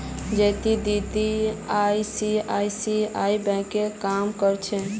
ज्योति दीदी आई.सी.आई.सी.आई बैंकत काम कर छिले